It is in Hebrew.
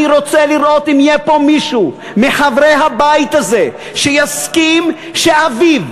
אני רוצה לראות אם יהיה פה מישהו מחברי הבית הזה שיסכים שאביו,